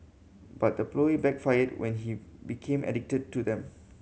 but the ploy backfired when he became addicted to them